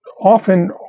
often